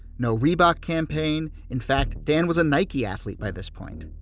no reebok campaign in fact, dan was a nike athlete by this point.